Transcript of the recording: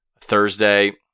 Thursday